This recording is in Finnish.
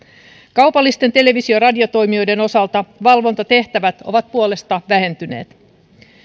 kaupallisten televisio ja radiotoimijoiden osalta valvontatehtävät ovat puolestaan vähentyneet